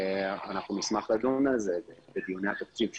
אנחנו נשמח לדון בזה בדיוני התקציב,